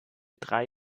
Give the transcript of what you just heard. drei